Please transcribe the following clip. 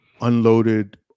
unloaded